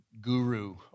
guru